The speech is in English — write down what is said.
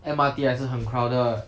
M_R_T 还是很 crowded